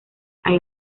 hay